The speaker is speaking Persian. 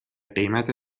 قیمت